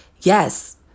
Yes